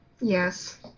yes